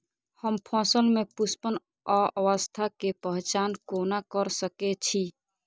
हम फसल में पुष्पन अवस्था के पहचान कोना कर सके छी?